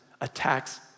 attacks